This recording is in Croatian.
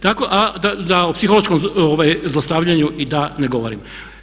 Tako da o psihološkom zlostavljanju da i ne govorim.